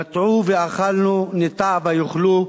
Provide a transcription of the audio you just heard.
נטעו ואכלנו, ניטע ויאכלו.